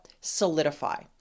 solidify